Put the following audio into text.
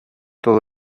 todo